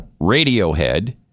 Radiohead